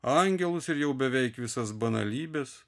angelus ir jau beveik visas banalybes